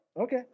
Okay